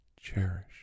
cherish